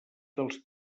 dels